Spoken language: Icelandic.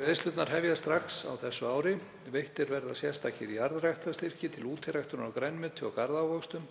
Greiðslurnar hefjast strax á þessu ári. Veittir verða sérstakir jarðræktarstyrkir til útiræktunar á grænmeti og garðávöxtum